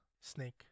snake